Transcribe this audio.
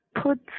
Put